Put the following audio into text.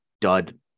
dud